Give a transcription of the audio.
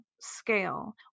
scale